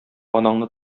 анаңны